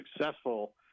successful